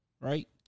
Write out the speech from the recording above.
right